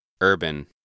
Urban